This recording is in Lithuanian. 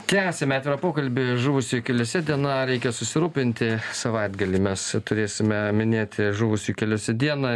tęsiame atvirą pokalbį žuvusiųjų keliuose diena reikia susirūpinti savaitgalį mes turėsime minėti žuvusiųjų keliuose dieną